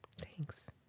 Thanks